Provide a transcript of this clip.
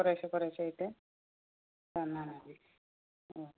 കുറേശ്ശേ കുറേശ്ശെയായിട്ട് തന്നാൽ മതി ഉം